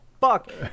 fuck